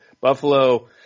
Buffalo